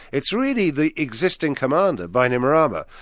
it's really the existing commander, bainimarama,